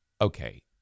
okay